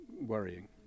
worrying